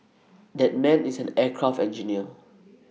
that man is an aircraft engineer